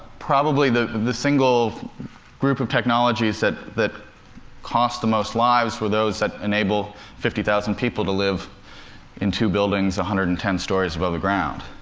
probably the the single group of technologies that that cost the most lives were those that enable fifty thousand people to live in two buildings one hundred and ten stories above the ground.